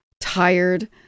tired